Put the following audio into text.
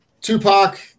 Tupac